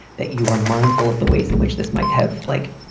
that you are mindful of the ways in which this might have, like,